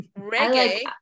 Reggae